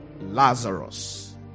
Lazarus